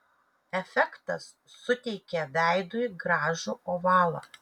efektas suteikia veidui gražų ovalą